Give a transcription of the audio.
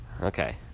Okay